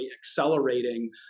accelerating